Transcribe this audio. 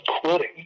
quitting